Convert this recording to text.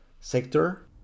sector